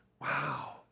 wow